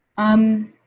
um,